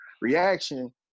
reaction